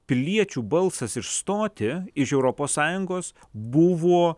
piliečių balsas išstoti iš europos sąjungos buvo